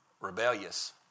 rebellious